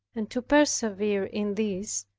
and to persevere in this,